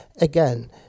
again